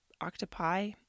octopi